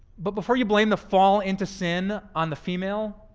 but before you blame the fall into sin on the female,